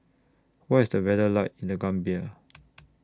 What IS The weather like in The Gambia